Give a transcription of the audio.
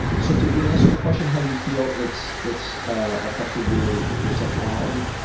so did we answer the question how you feel it's it's affected your your sexuality?